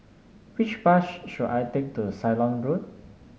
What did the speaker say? which bus should I take to Ceylon Road